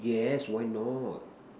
yes why not